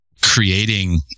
creating